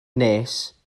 nes